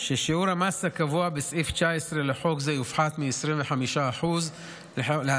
ששיעור המס הקבוע בסעיף 19 לחוק זה יופחת מ-25% ל-10%.